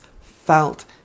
felt